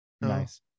Nice